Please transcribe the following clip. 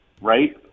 right